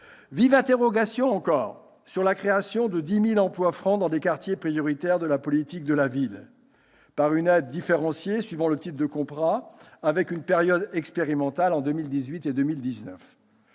Vive interrogation, encore, sur la création de 10 000 emplois francs dans des quartiers prioritaires de la politique de la ville, par une aide différenciée suivant le type de contrat, avec une période expérimentale en 2018 et en 2019.